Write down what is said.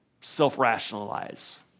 self-rationalize